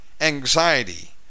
Anxiety